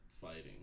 fighting